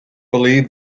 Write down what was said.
believe